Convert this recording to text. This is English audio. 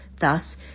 Thus